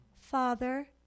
Father